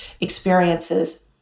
experiences